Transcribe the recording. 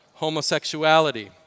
homosexuality